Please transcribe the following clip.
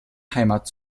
heimat